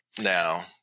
now